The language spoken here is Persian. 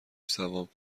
ثواب